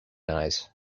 eyes